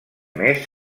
més